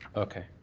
okay.